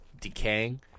decaying